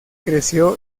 creció